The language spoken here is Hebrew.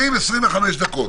20-25 דקות.